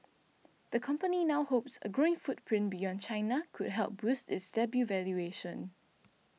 the company now hopes a growing footprint beyond China could help boost its debut valuation